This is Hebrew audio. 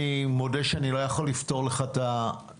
אני מודה שאני לא יכול לפתור לך את כלל